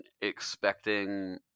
expecting